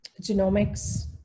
genomics